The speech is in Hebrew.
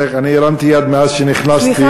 אני הרמתי יד מאז שנכנסתי,